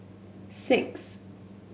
six